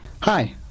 Hi